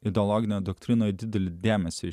ideologinę doktrinoje didelį dėmesį